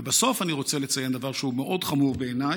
ובסוף אני רוצה לציין דבר שהוא מאוד חמור בעיניי: